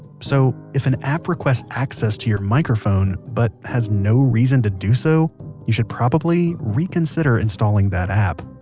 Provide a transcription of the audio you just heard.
so, if an app requests access to your microphone, but has no reason to do so you should probably reconsider installing that app